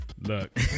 Look